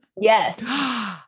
Yes